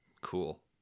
Cool